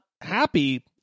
happy